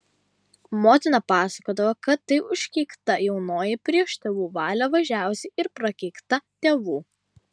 motina pasakodavo kad tai užkeikta jaunoji prieš tėvų valią važiavusi ir prakeikta tėvų